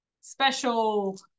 special